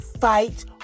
fight